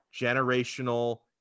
generational